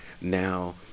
now